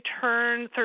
turn